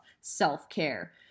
self-care